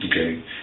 okay